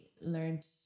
learned